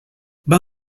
ben